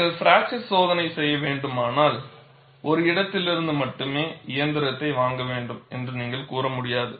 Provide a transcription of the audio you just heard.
நீங்கள் பிராக்சர் சோதனை செய்ய வேண்டுமானால் ஒரு இடத்திலிருந்து மட்டுமே இயந்திரத்தை வாங்க வேண்டும் என்று நீங்கள் கூற முடியாது